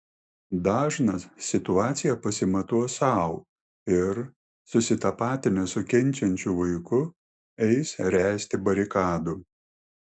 dažnas situaciją pasimatuos sau ir susitapatinęs su kenčiančiu vaiku eis ręsti barikadų